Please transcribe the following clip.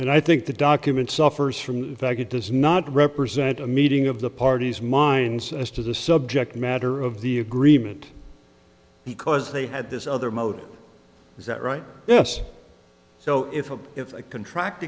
then i think the document suffers from the fact it does not represent a meeting of the parties minds as to the subject matter of the agreement because they had this other mode is that right yes so if a if a contract